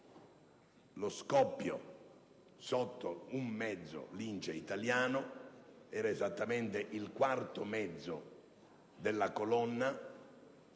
lo scoppio sotto uno dei mezzi Lince italiani. Era esattamente il quarto mezzo della colonna